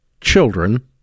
Children